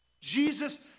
Jesus